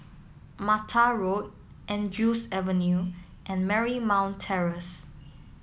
Mattar Road Andrews Avenue and Marymount Terrace